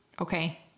Okay